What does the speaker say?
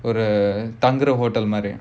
ஒரு தங்குற:oru thangura hotel மாதிரி:maadhiri